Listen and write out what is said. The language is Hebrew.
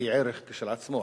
היא ערך כשלעצמו,